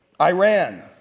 Iran